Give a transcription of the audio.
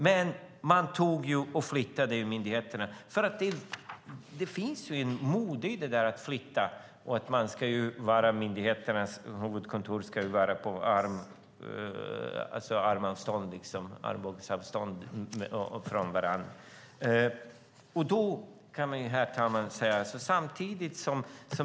Men man flyttade myndigheterna för att det finns ett mode med att flytta och att myndigheternas huvudkontor ska vara på armlängds avstånd från varandra. Herr talman!